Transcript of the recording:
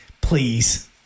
please